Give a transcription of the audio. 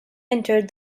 entered